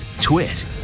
Twit